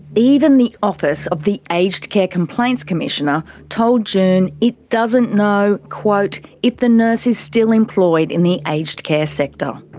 even the office of the aged care complaints commissioner told june it doesn't know quote if the nurse is still employed in the aged care sector.